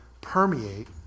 permeate